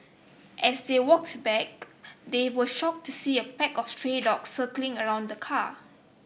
as they walked back they were shocked to see a pack of stray dogs circling around the car